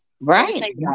Right